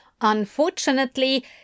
Unfortunately